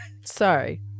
Sorry